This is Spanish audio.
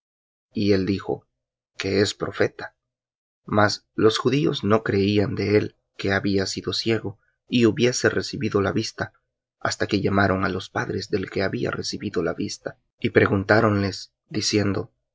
y él dijo que es profeta mas los judíos no creían de él que había sido ciego y hubiese recibido la vista hasta que llamaron á los padres del que había recibido la vista y preguntáronles diciendo